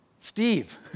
Steve